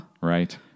Right